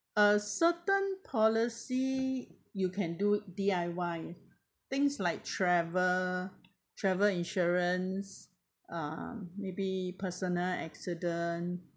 uh certain policy you can do D_I_Y things like travel travel insurance um maybe personal accident